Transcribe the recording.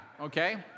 okay